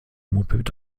moped